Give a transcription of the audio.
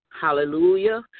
Hallelujah